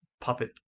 puppet